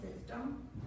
system